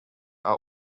are